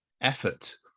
effort